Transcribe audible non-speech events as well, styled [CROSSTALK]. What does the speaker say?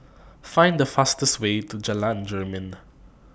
Find The fastest Way to Jalan Jermin [NOISE]